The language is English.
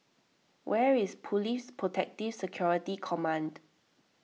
where is Police Protective Security Command